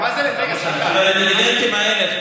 אבל הדיבידנדים האלה,